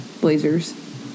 blazers